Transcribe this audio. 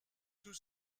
tout